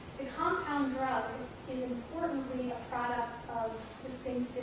the compound drug is importantly a product of distinct,